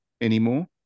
anymore